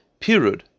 pirud